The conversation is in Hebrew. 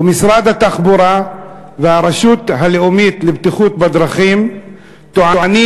ומשרד התחבורה והרשות הלאומית לבטיחות בדרכים טוענים